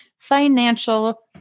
financial